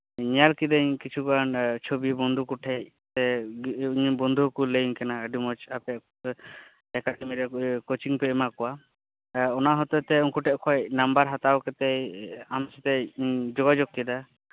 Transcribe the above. ᱧᱮᱞ ᱠᱤᱫᱟᱹᱧ ᱠᱤᱪᱷᱩ ᱜᱟᱱ ᱪᱷᱚᱵᱤ ᱵᱚᱱᱫᱷᱩ ᱠᱚᱴᱷᱮᱡ ᱵᱚᱱᱫᱷᱩ ᱠᱚᱠᱚ ᱞᱟᱹᱭ ᱟᱹᱧ ᱠᱟᱱᱟ ᱟᱯᱮ ᱮᱠᱟᱰᱮᱢᱤ ᱨᱮ ᱠᱳᱪᱤᱝ ᱯᱮ ᱮᱢᱟ ᱠᱚᱣᱟ ᱚᱱᱟ ᱦᱚᱛᱮᱜ ᱛᱮ ᱩᱱᱠᱩ ᱴᱷᱮᱱ ᱠᱷᱚᱡ ᱱᱟᱢᱵᱟᱨ ᱦᱟᱛᱟᱣ ᱠᱟᱛᱮᱜ ᱟᱢ ᱥᱟᱶᱛᱮᱧ ᱡᱳᱜᱟᱡᱳᱜᱟ ᱡᱳᱜ ᱠᱮᱫᱟ